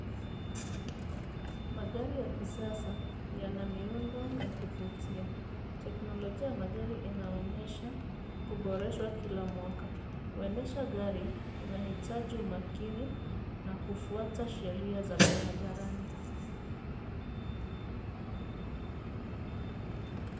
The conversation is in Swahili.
Magari ya kisasa yana miundo ya kuvutia. Teknolojia ya magari inaonyesha kuboreshwa kila mwaka. Kuendesha gari unahitaji umakini na kufuata sheria za barabarani.